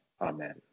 Amen